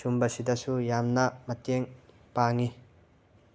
ꯁꯨꯝꯕꯁꯤꯗꯁꯨ ꯌꯥꯝꯅ ꯃꯇꯦꯡ ꯄꯥꯡꯉꯤ